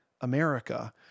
America